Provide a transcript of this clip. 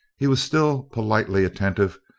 he was still politely attentive,